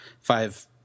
five